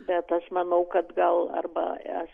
bet aš manau kad gal arba aš